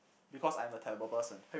because I'm a terrible person